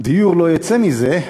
דיור לא יוצא מזה,